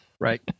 right